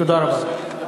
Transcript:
תודה רבה.